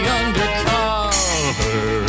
undercover